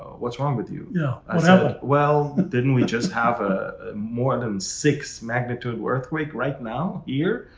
what's wrongwith you? yeah well, didn't we just have ah more than six magnitude earthquake right now? here?